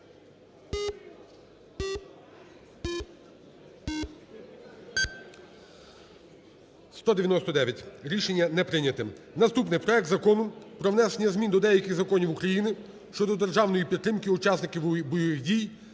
Рішення не прийнято. Наступне. Проект Закону про внесення змін до деяких законів України щодо державної підтримки учасників бойових дій